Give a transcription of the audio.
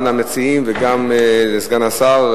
גם למציעים וגם לסגן השר,